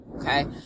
okay